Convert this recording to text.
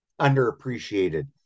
underappreciated